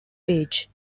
page